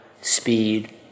speed